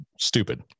stupid